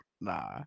nah